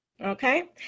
Okay